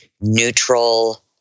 neutral